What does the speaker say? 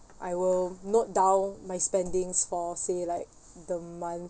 I will note down my spendings for say like the month